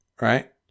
right